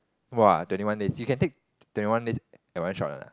!wah! twenty one days you can take twenty one days in one shot ah